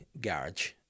garage